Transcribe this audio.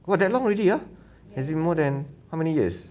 !wah! that long already ya has been more than how many years